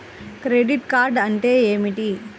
Credit card అంటే ఏమిటి?